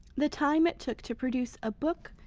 the time it took to produce a book,